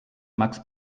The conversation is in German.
max